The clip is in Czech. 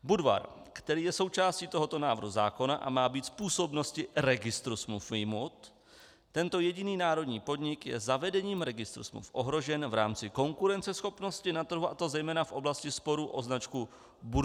Budvar, který je součástí tohoto návrhu zákona a má být z působnosti registru smluv vyjmut, tento jediný národní podnik je zavedením registru smluv ohrožen v rámci konkurenceschopnosti na trhu, a to zejména v oblasti sporu o značku Budweiser.